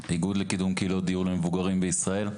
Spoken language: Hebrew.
איגוד לקידום קהילות דיור למבוגרים בישראל,